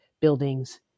buildings